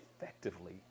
effectively